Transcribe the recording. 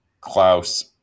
Klaus